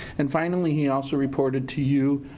and finally he also reported to you,